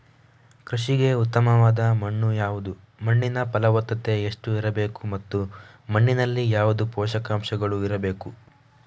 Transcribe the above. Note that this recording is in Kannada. ಕೃಷಿಗೆ ಉತ್ತಮವಾದ ಮಣ್ಣು ಯಾವುದು, ಮಣ್ಣಿನ ಫಲವತ್ತತೆ ಎಷ್ಟು ಇರಬೇಕು ಮತ್ತು ಮಣ್ಣಿನಲ್ಲಿ ಯಾವುದು ಪೋಷಕಾಂಶಗಳು ಇರಬೇಕು?